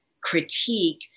critique